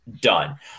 done